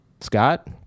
Scott